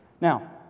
Now